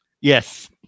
Yes